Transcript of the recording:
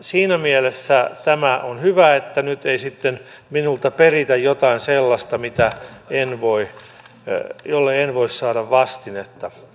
siinä mielessä tämä on hyvä että nyt ei sitten minulta peritä jotain sellaista jolle en voi saada vastinetta